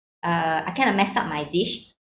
uh I kind of messed up my dish